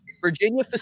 Virginia